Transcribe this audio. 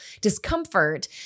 discomfort